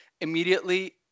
Immediately